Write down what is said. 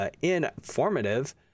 informative